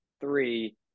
three